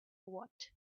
what